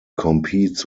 competes